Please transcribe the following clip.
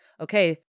okay